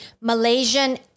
Malaysian